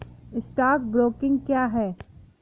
Stock broking क्या है?